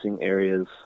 areas